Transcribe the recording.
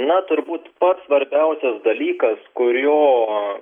na turbūt pats svarbiausias dalykas kurio